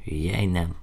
jei ne